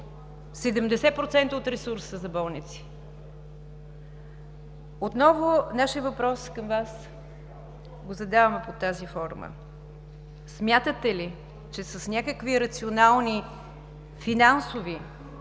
70% от ресурса за болници. Отново нашия въпрос към Вас го задаваме под тази форма. Смятате ли, че с някакви рационални финансови